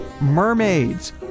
mermaids